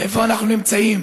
איפה אנחנו נמצאים?